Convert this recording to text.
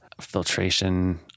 filtration